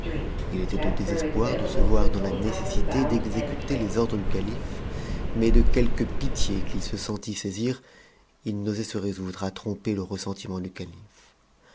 i était au désespoir de se voir dans la nécessité d'exécuter les ordres du calife mais de quelque pitié qu'il se sentît saisir il n'osait se résoudre à tromper le ressentiment du